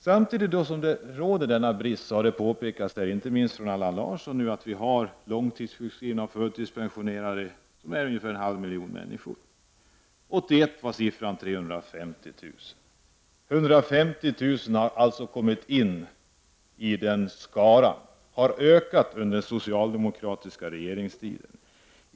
Samtidigt som denna brist råder — det påpekade bl.a. Allan Larsson — har vi många långtidssjukskrivna och förtidspensionärer, sammanlagt ungefär en halv miljon människor. 1981 var siffran 350 000. 150 000 har alltså tillkommit i denna skara under den socialdemokratiska regeringstiden.